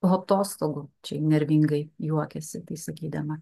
po atostogų čia nervingai juokiasi tai sakydama